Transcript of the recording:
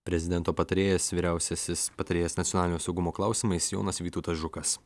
prezidento patarėjas vyriausiasis patarėjas nacionalinio saugumo klausimais jonas vytautas žukas